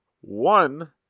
one